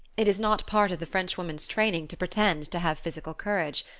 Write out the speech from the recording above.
it is not part of the frenchwoman's training to pretend to have physical courage.